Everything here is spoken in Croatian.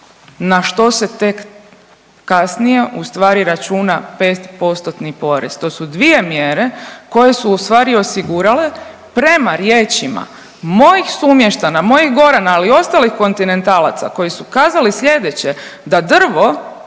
na što se tek kasnije ustvari računa 5-postotni porez. To su dvije mjere koje su ostvari osigurale prema riječima mojih sumještana, mojih gorana, ali i ostalih kontinentalaca koji su kazali slijedeće, da drvo